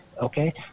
okay